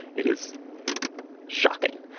it is shocking.